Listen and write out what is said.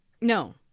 No